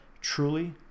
truly